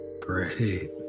great